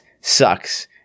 sucks